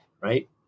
right